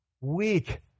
weak